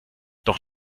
doch